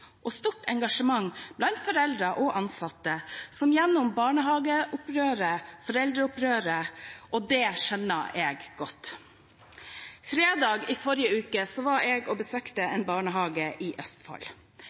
og stort engasjement blant foreldre og ansatte gjennom barnehageopprøret og foreldreopprøret, og det skjønner jeg godt. Fredag i forrige uke var jeg og besøkte en barnehage i Østfold.